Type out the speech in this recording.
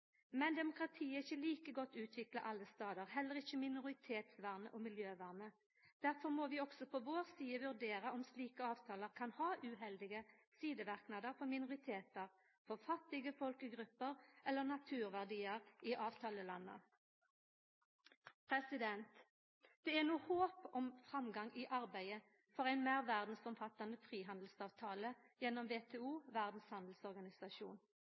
Men demokratiet er ikkje like godt utvikla alle stader – heller ikkje minoritetsvernet og miljøvernet. Derfor må vi også på vår side vurdera om slike avtaler kan ha uheldige sideverknader for minoritetar, fattige folkegrupper eller naturverdiar i avtalelanda. Det er no håp om framgang i arbeidet for ein meir verdsomfattande frihandelsavtale gjennom WTO, Verdas handelsorganisasjon.